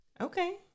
Okay